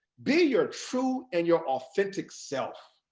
be your true and your authentic self.